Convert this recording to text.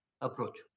approach